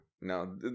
no